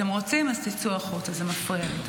אתם רוצים אז תצאו החוצה, זה מפריע לי.